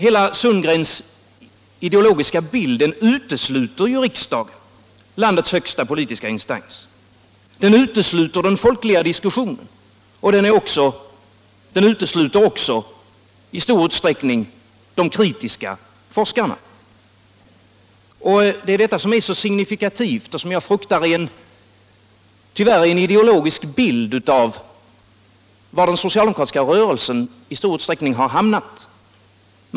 Herr Sundgrens hela ideologiska bild utesluter riksdagen, landets högsta politiska instans, den utesluter den folkliga diskussionen och även i stor utsträckning de kritiska forskarna. Det är detta som är så signifikativt och som jag fruktar tyvärr är en ideologisk bild av var den socialdemokratiska rörelsen har hamnat.